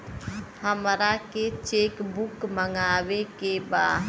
हमारा के cheque book मगावे के बा?